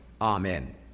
Amen